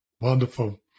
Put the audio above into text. Wonderful